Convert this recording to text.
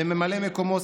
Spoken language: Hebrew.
וממלא מקומו,